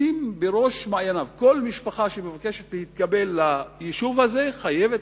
כל משפחה שמבקשת להתקבל ליישוב הזה חייבת